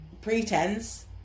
pretense